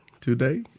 today